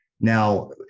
Now